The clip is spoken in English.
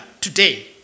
today